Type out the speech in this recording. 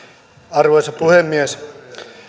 arvoisa puhemies